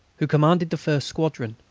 who commanded the first squadron.